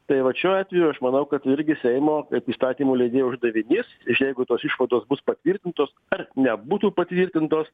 tai vat šiuo atveju aš manau kad irgi seimo kaip įstatymų leidėjo uždavinys jeigu tos išvados bus patvirtintos ar nebūtų patvirtintos